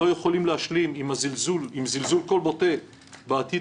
לא יכולים להשלים עם זלזול כה בוטה בעתיד